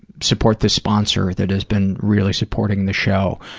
support this sponsor that has been really supporting the show,